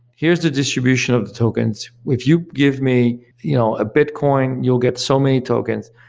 here's the distribution of the tokens. if you give me you know a bitcoin, you'll get so many tokens.